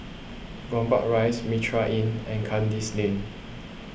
Gombak Rise Mitraa Inn and Kandis Lane